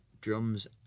drums